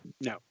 No